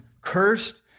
cursed